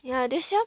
ya this year